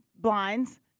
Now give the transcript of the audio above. blinds